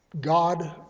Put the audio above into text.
God